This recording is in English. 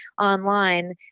online